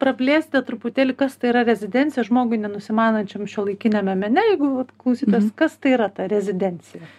praplėsite truputėlį kas tai yra rezidencija žmogui nenusimanančiam šiuolaikiniame mene jeigu vat klausytojas kas tai yra ta rezidencija